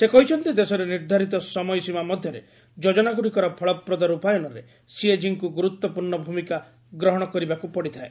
ସେ କହିଛନ୍ତି ଦେଶରେ ନିର୍ଦ୍ଧାରିତ ସମୟସୀମା ମଧ୍ୟରେ ଯୋକନାଗୁଡ଼ିକର ଫଳପ୍ରଦ ରୂପାୟନରେ ସିଏକିଙ୍କୁ ଗୁରୁତ୍ୱପୂର୍ଣ୍ଣ ଭୂମିକା ଗ୍ରହଣ କରିବାକୁ ପଡ଼ିଥାଏ